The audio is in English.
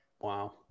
Wow